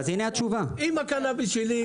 היחידה לקידום קנאביס רפואי?